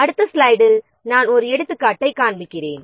அடுத்த ஸ்லைடில் ஒரு எடுத்துக்காட்டை காண்பிக்கிறேன்